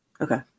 Okay